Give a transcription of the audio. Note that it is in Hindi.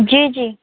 जी जी